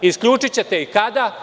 Isključićete ih kada?